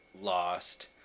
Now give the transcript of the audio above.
lost